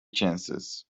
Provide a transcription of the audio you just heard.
chances